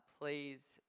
please